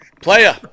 Player